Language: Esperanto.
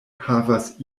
havas